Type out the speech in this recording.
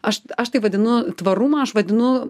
aš aš tai vadinu tvarumą aš vadinu